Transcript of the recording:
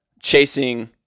chasing